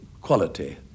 quality